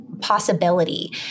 possibility